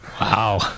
Wow